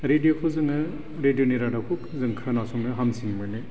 रेदिय'खौ जोङो रेदिय'नि रादाबखौ जों खोनासंनो हामसिन मोनो